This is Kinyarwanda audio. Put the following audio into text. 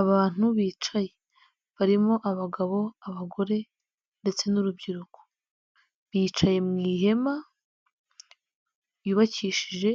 Abantu bicaye, barimo abagabo, abagore ndetse n'urubyiruko, bicaye mu ihema ryubakishije